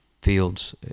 fields